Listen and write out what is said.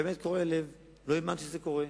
באמת קורעי לב, לא האמנתי שזה קורה.